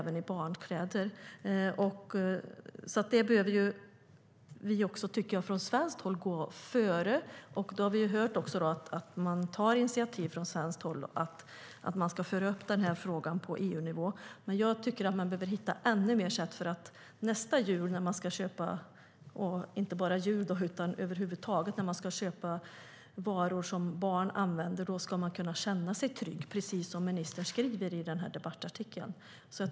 Vi behöver gå före från svenskt håll. Vi har hört att man tar initiativ från svenskt håll och att man ska föra upp frågan på EU-nivå. Men jag tycker att man behöver hitta ännu fler sätt så att vi till nästa jul, och inte bara till jul utan över huvud taget när vi ska köpa varor som barn använder, ska kunna känna oss trygga - precis som ministern skriver i debattartikeln.